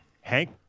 Hank